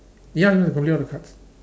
ya I'm probably want to cut